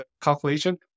calculation